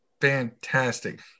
fantastic